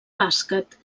bàsquet